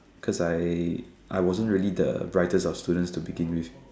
cause I I wasn't really the brightest of students to begin with